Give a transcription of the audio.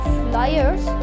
flyers